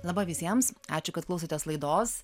laba visiems ačiū kad klausotės laidos